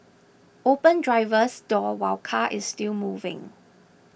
open driver's door while car is still moving